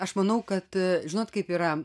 aš manau kad žinot kaip yra